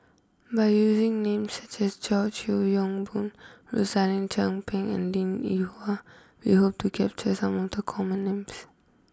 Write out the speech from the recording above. by using names such as George Yeo Yong Boon Rosaline Chan Pang and Linn in Hua we hope to capture some of the common names